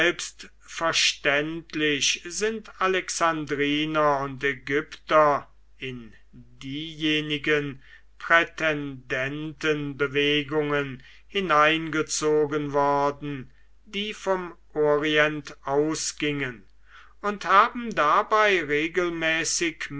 selbstverständlich sind alexandriner und ägypter in diejenigen prätendentenbewegungen hineingezogen worden die vom orient ausgingen und haben dabei regelmäßig